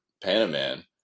Panaman